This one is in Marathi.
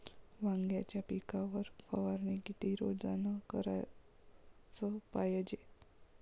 वांग्याच्या पिकावर फवारनी किती रोजानं कराच पायजे?